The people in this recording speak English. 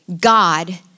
God